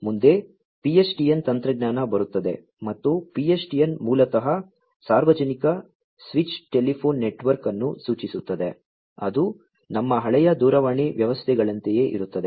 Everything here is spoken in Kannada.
ಮುಂದೆ PSTN ತಂತ್ರಜ್ಞಾನ ಬರುತ್ತದೆ ಮತ್ತು PSTN ಮೂಲತಃ ಸಾರ್ವಜನಿಕ ಸ್ವಿಚ್ಡ್ ಟೆಲಿಫೋನ್ ನೆಟ್ವರ್ಕ್ ಅನ್ನು ಸೂಚಿಸುತ್ತದೆ ಅದು ನಮ್ಮ ಹಳೆಯ ದೂರವಾಣಿ ವ್ಯವಸ್ಥೆಗಳಂತೆಯೇ ಇರುತ್ತದೆ